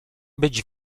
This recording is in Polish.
być